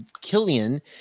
Killian